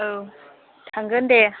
औ थांगोन दे